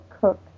cook